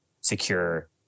secure